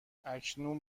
اکنون